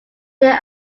they